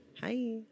Hi